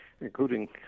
including